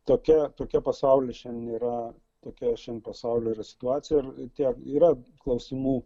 tokia tokia pasauly šiandien yra tokia šiandien pasaulio yra situacija ir tie yra klausimų